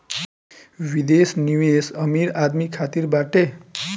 विदेश निवेश अमीर आदमी खातिर बाटे